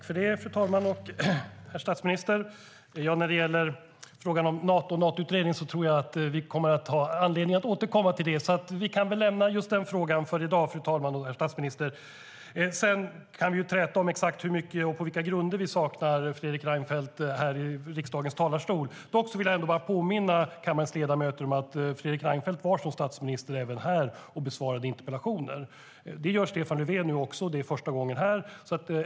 Fru talman och herr statsminister! Jag tror att vi kommer att ha anledning att återkomma till frågan om en Natoutredning. Vi kan därför lämna just den frågan för i dag. Vi kan träta om exakt hur mycket och på vilka grunder vi saknar Fredrik Reinfeldt i riksdagens talarstol. Dock vill jag påminna kammarens ledamöter om att Fredrik Reinfeldt var som statsminister här och besvarade interpellationer. Det gör Stefan Löfven nu också, och det är första gången han är här.